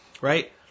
Right